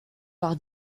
par